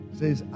says